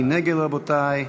מי נגד, רבותי?